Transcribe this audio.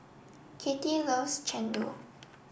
Kattie loves Chendol